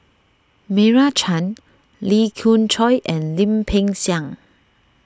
Meira Chand Lee Khoon Choy and Lim Peng Siang